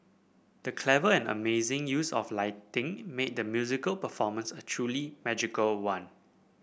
the clever and amazing use of lighting made the musical performance a truly magical one